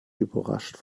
überrascht